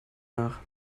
nach